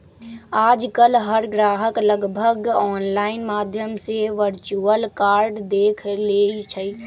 आजकल हर ग्राहक लगभग ऑनलाइन माध्यम से वर्चुअल कार्ड देख लेई छई